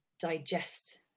digest